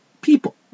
people